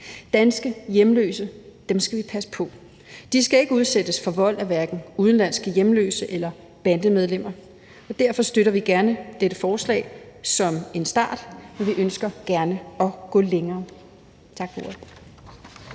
Danske hjemløse skal vi passe på. De skal ikke udsættes for vold af hverken udenlandske hjemløse eller bandemedlemmer. Derfor støtter vi gerne dette forslag som en start, men vi ønsker gerne at gå længere.